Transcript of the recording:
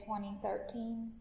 2013